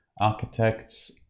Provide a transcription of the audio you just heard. Architects